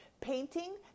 painting